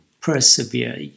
persevere